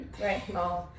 Right